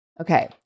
Okay